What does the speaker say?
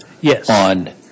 Yes